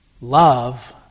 Love